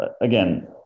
again